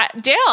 Dale